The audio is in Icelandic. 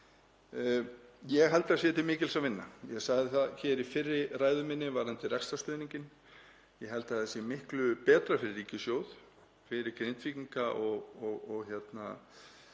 Ég held að það sé til mikils að vinna. Ég sagði það í fyrri ræðu minni varðandi rekstrarstuðninginn, ég held að það sé miklu betra, fyrir ríkissjóð, fyrir Grindvíkinga og